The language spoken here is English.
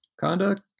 conduct